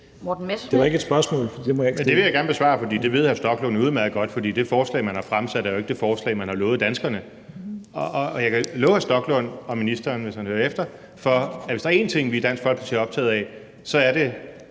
Messerschmidt (DF): Det vil jeg gerne besvare, fordi det ved hr. Rasmus Stoklund udmærket godt, fordi det forslag, man har fremsat, er jo ikke det forslag, man har lovet danskerne. Og jeg kan love hr. Rasmus Stoklund og ministeren, hvis han hører efter, for, at hvis der er en ting, vi i Dansk Folkeparti er optaget er, er det